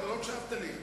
אתה לא הקשבת לי.